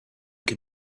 can